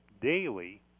daily